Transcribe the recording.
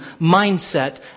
mindset